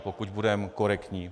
Pokud budeme korektní.